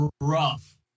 rough